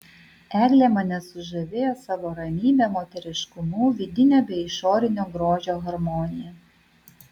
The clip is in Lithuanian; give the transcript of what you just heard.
eglė mane sužavėjo savo ramybe moteriškumu vidinio bei išorinio grožio harmonija